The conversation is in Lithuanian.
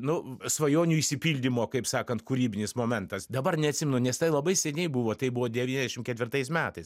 nu svajonių išsipildymo kaip sakant kūrybinis momentas dabar neatsimenu nes tai labai seniai buvo tai buvo devyniasdešim ketvirtais metais